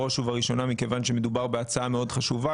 בראש ובראשונה, מכיוון שמדובר בהצעה חשובה מאוד.